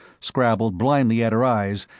scrabbled blindly at her eyes,